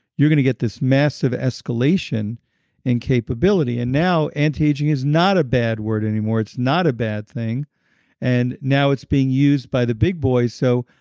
you're going to get this massive escalation in capability. and now, anti-aging is not a bad word anymore. it's not a bad thing and now it's being used by the big boys. so,